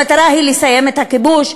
המטרה היא לסיים את הכיבוש,